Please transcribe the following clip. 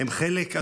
הם חלק,